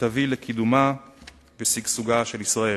ותביא לקידומה ולשגשוגה של ישראל.